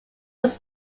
was